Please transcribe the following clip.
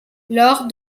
lors